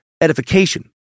edification